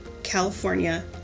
California